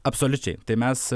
absoliučiai tai mes